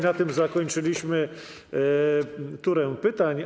Na tym zakończyliśmy turę pytań.